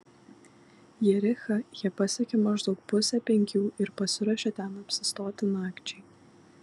jerichą jie pasiekė maždaug pusę penkių ir pasiruošė ten apsistoti nakčiai